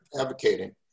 advocating